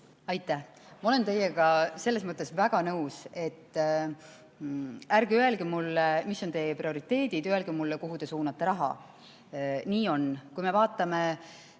Aitäh! Ma olen teiega selles mõttes nõus, et ärge öelge mulle, mis on teie prioriteedid, öelge mulle, kuhu te suunate raha. Nii on. Kui me vaatame